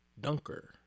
dunker